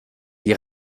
die